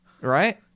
right